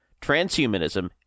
transhumanism